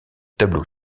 tableau